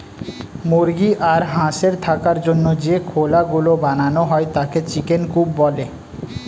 মুরগি আর হাঁসের থাকার জন্য যে খোলা গুলো বানানো হয় তাকে চিকেন কূপ বলে